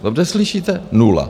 Dobře slyšíte, nula.